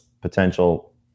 potential